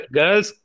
girls